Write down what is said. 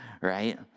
right